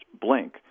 Blink